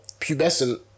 pubescent